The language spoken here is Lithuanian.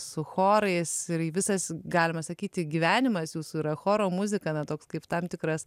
su chorais ir į visas galima sakyti gyvenimas jūsų yra choro muzika na toks kaip tam tikras